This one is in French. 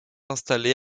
installés